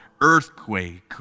earthquake